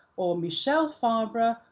or michel fabre,